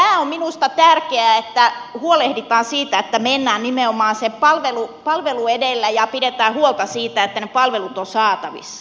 tämä on minusta tärkeää että huolehditaan siitä että mennään nimenomaan se palvelu edellä ja pidetään huolta siitä että ne palvelut ovat saatavissa